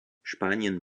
spanien